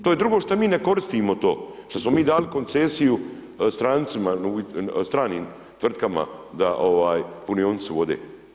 To je drugo što mi ne koristimo to, što smo mi dali koncesiju strancima, stranim tvrtkama punionicu vode.